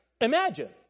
Imagine